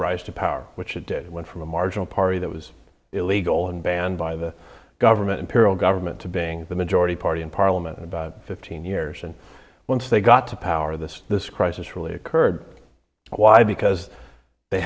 rise to power which it did went from a marginal party that was illegal and banned by the government imperial government to being the majority party in parliament in about fifteen years and once they got to power this this crisis really occurred why because they